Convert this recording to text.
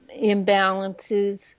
imbalances